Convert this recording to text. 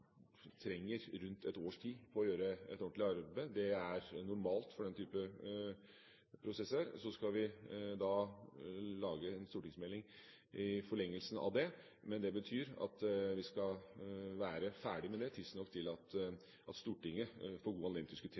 trenger rundt et års tid på å gjøre et ordentlig arbeid – det er normalt for den type prosesser – og så skal vi lage en stortingsmelding i forlengelsen av det. Men det betyr at vi skal være ferdig med det tidsnok til at dette storting får god anledning til å diskutere